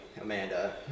Amanda